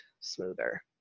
smoother